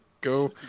Go